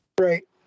right